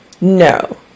No